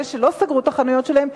אלה שלא סגרו את החנויות שלהם,